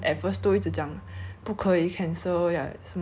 那个病情都不够不够严重还是什么还是